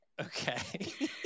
Okay